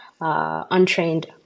untrained